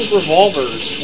revolvers